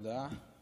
תודה.